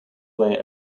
way